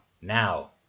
now